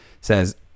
says